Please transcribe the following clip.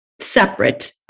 separate